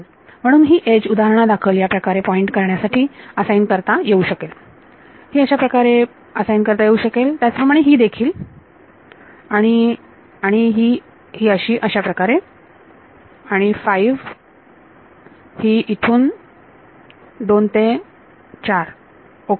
म्हणून ही एज उदाहरणादाखल याप्रकारे पॉईंट करण्यासाठी असाइन करता येऊ शकेल ही अशाप्रकारे पॉईंट करण्यासाठी असाइन करता येऊ शकेल त्याचप्रमाणे ही देखील आणि आणि ही अशी अशाप्रकारे आणि 5 ही इथून 2 ते 4 ओके